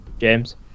James